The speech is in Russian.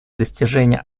достижения